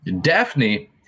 Daphne